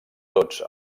tots